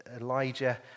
Elijah